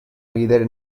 ridere